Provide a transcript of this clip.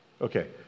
Okay